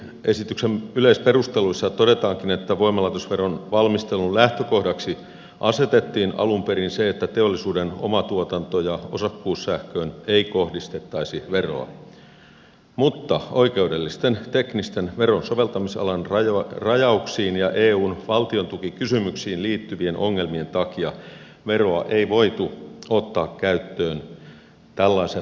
lakiesityksen yleisperusteluissa todetaankin että voimalaitosveron valmistelun lähtökohdaksi asetettiin alun perin se että teollisuuden omatuotanto ja osakkuussähköön ei kohdistettaisi veroa mutta oikeudellisten teknisten veron soveltamisalan rajauksiin ja eun valtiontukikysymyksiin liittyvien ongelmien takia veroa ei voitu ottaa käyttöön tällaisen rajauksen pohjalta